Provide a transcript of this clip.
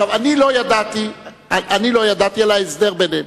אני לא ידעתי על ההסדר ביניהם.